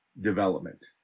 development